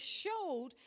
showed